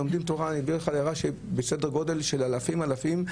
לומדים בתורה בסדרי גודל של אלפים אלפים,